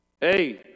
Hey